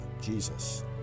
Jesus